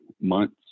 months